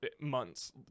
months